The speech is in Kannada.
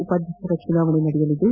ಉಪಾಧ್ಯಕ್ಷರ ಚುನಾವಣೆ ನಡೆಯಲಿದ್ದು